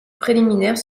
préliminaires